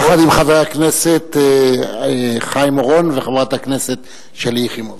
יחד עם חבר הכנסת חיים אורון וחברת הכנסת שלי יחימוביץ.